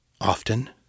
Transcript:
Often